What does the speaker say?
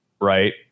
right